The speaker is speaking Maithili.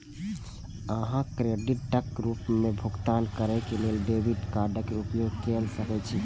अहां क्रेडिटक रूप मे भुगतान करै लेल डेबिट कार्डक उपयोग कैर सकै छी